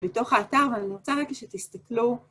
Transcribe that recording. בתוך האתר, ואני רוצה רגע שתסתכלו.